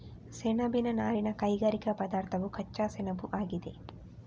ಸೆಣಬಿನ ನಾರಿನ ಕೈಗಾರಿಕಾ ಪದಾರ್ಥವು ಕಚ್ಚಾ ಸೆಣಬುಆಗಿದೆ